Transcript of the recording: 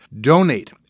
Donate